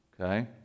Okay